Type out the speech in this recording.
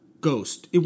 Ghost